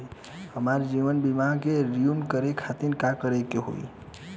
हमार जीवन बीमा के रिन्यू करे खातिर का करे के होई?